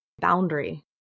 boundary